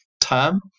term